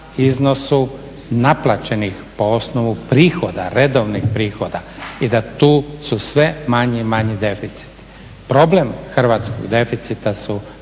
iznosu naplaćenih po osnovu prihoda, redovnih prihoda i da tu su sve manji i manji deficiti. Problem hrvatskog deficita su